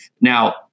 Now